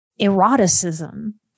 eroticism